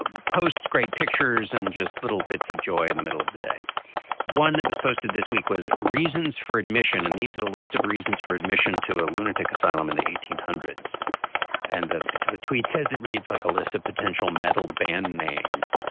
ah post great pictures and just little bits of joy in the middle of the day one that was posted this week was reasons for admission and these are the list of reasons for admission to a lunatic asylum in the eighteen hundreds and the tweet says it reads like a list of potential metal band names.